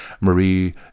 marie